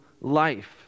life